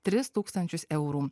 tris tūkstančius eurų